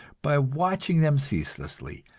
by watching them ceaselessly,